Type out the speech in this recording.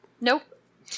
Nope